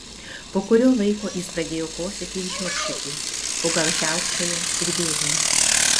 po kurio laiko jis pradėjo kosėti ir žiopčioti o gal žiaukčiojo ir vėmė